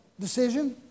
decision